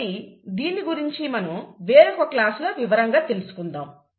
కాబట్టి దీని గురించి మనం మరొక క్లాసులో వివరంగా తెలుసుకుందాం